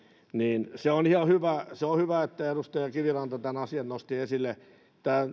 niin se on ihan hyvä että edustaja kiviranta tämän asian nosti esille